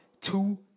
two